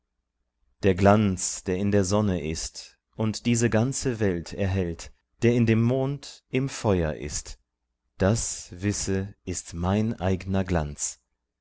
der glanz der in der sonne ist und diese ganze welt erhellt der in dem mond im feuer ist das wisse ist mein eigner glanz